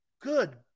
Good